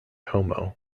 homo